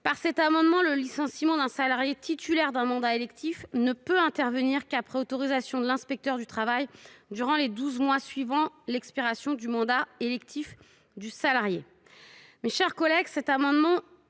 proposons que le licenciement d’un salarié titulaire d’un mandat électif ne puisse intervenir qu’après autorisation de l’inspecteur du travail durant les douze mois suivant l’expiration du mandat électif du salarié. Mes chers collègues, cet amendement